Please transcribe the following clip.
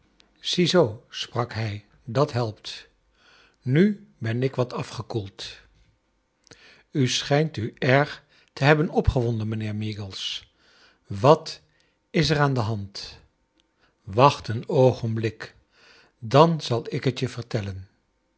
ziezoo sprak hij dat heipt nu ben ik wat afgekoeld u sehijnt u erg te hebben opgewonden mijnheer meagles wat is er aan de hand wacht een oogenblik dan zal ik het je vertellen